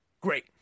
Great